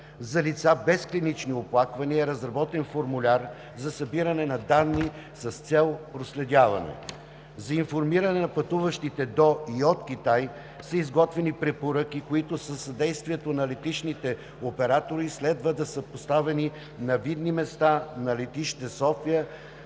За лица без клинични оплаквания е разработен формуляр за събиране на данни с цел проследяване. За информиране на пътуващите до и от Китай са изготвени препоръки, които със съдействието на летищните оператори следва да са поставени на видни места на летище София,